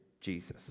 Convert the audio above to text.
Jesus